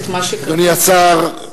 אדוני השר,